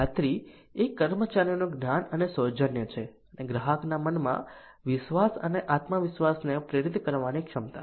ખાતરી એ કર્મચારીઓનું જ્ઞાન અને સૌજન્ય છે અને ગ્રાહકના મનમાં વિશ્વાસ અને આત્મવિશ્વાસને પ્રેરિત કરવાની તેમની ક્ષમતા છે